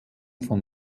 von